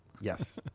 Yes